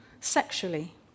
sexually